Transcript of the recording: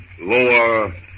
Lower